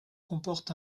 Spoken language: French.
comportent